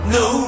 no